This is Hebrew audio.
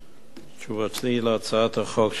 תשובתי על הצעת החוק של אברהים צרצור: